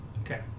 Okay